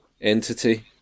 entity